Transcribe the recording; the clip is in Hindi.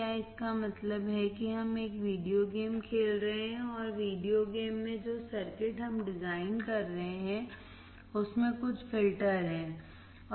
क्या इसका मतलब है कि हम एक वीडियोगेम खेल रहे हैं और वीडियोगेम में जो सर्किट हम डिजाइन कर रहे हैं उसमें कुछ फिल्टरहैं